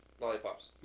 Lollipops